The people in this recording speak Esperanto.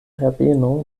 herbeno